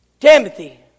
Timothy